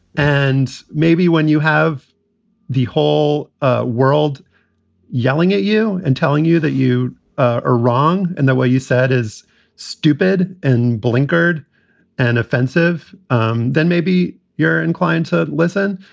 and maybe when you have the whole ah world yelling at you and telling you that you ah are wrong and the way you said is stupid and blinkered and offensive, um then maybe you're inclined to listen.